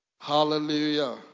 Hallelujah